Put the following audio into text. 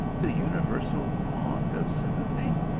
the universal bond of sympathy?